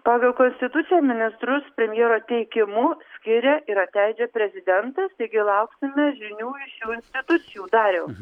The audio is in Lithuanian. pagal konstituciją ministrus premjero teikimu skiria ir atleidžia prezidentas taigi lauksime žinių iš šių institucijų dariau